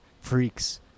freaks